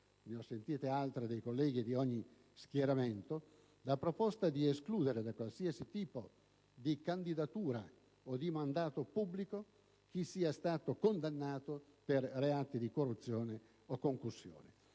ne ho sentite altre di colleghi di ogni schieramento, la proposta di escludere da qualsiasi tipo di candidatura o di mandato pubblico chi sia stato condannato per reati di corruzione o concussione.